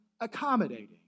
accommodating